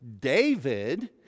David